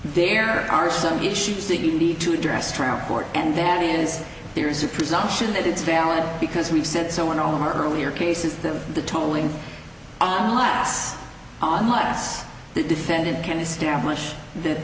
there are some issues that you need to address transport and that is there's a presumption that it's valid because we've said so in all of our earlier cases them the toing on last on less the defendant can establish that